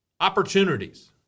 opportunities